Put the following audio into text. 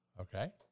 Okay